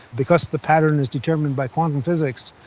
because the pattern was determined by quantum physics,